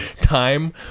time